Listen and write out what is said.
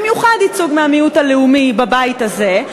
במיוחד ייצוג מהמיעוט הלאומי בבית הזה,